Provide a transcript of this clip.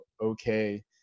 okay